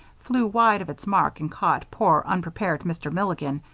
flew wide of its mark and caught poor unprepared mr. milligan,